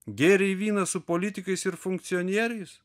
gėrei vyną su politikais ir funkcionieriais